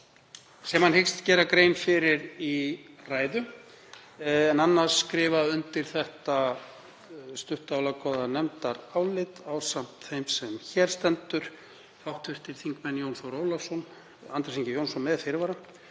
sem hann hyggst gera grein fyrir í ræðu, en annars skrifa undir þetta stutta og laggóða nefndarálit, ásamt þeim sem hér stendur, hv. þingmenn Jón Þór Ólafsson, Andrés Ingi Jónsson, með fyrirvara,